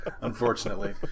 unfortunately